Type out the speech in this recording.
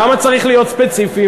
למה צריך להיות ספציפיים?